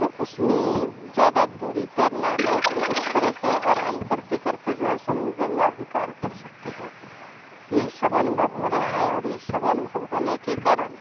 तो उसमें ज़्यादा दूरी तैरना है तो उस तरह का आराम करते करते जो ऐसा म गंगा भी पार कर सकते हैं यही सब अनुभव हो रहा है और ये सब अनुभव होने के कारण